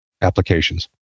applications